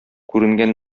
күренгән